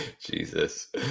jesus